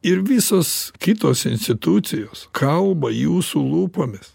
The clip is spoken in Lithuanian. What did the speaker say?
ir visos kitos institucijos kalba jūsų lūpomis